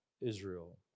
Israel